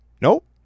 Nope